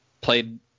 played